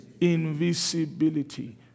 Invisibility